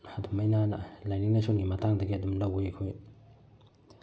ꯑꯗꯨꯃꯥꯏꯅꯅ ꯂꯥꯏꯅꯤꯡ ꯂꯥꯏꯁꯣꯟꯒꯤ ꯃꯇꯥꯡꯗꯒꯤ ꯑꯗꯨꯝ ꯂꯧꯋꯤ ꯑꯩꯈꯣꯏ